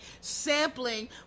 sampling